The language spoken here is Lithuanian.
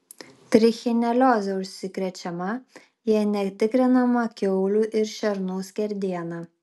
trichinelioze užsikrečiama jei netikrinama kiaulių ir šernų skerdiena